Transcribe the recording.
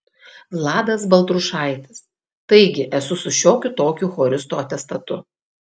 vladas baltrušaitis taigi esu su šiokiu tokiu choristo atestatu